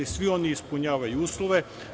Svi oni ispunjavaju uslove.